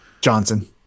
Johnson